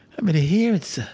i mean here it's